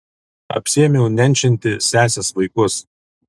apsiėmiau nenčinti sesės vaikus